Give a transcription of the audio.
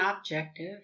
objective